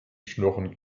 schnorren